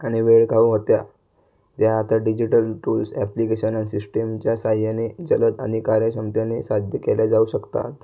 आणि वेळखाऊ होत्या त्या आता डिजिटल टूल्स अॅप्लिकेशन आणि सिश्टिमच्या साह्याने जलद आणि कार्यक्षमतेने साध्य केल्या जाऊ शकतात